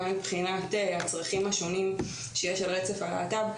גם מבחינת הצרכים השונים שיש על רצף הלהט"ב,